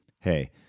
hey